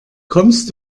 kommst